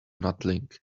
natlink